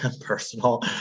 personal